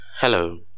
Hello